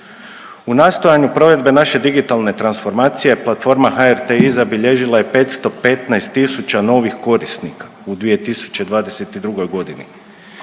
U nastojanju provedbe naše digitalne transformacije, platforma HRTi zabilježila je 515 tisuća novih korisnika u 2022. g.,